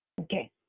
Okay